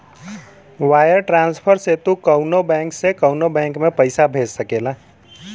wire transfer से तू कउनो बैंक से कउनो बैंक में पइसा भेज सकेला